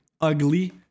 ugly